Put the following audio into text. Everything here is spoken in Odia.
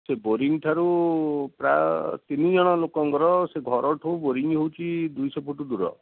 ସେ ବୋରିଂ ଠାରୁ ପ୍ରାୟ ତିନିଜଣ ଲୋକଙ୍କର ସେ ଘରଠୁ ବୋରିଂ ହେଉଛି ଦୁଇଶହ ଫୁଟୁ ଦୂର